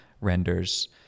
renders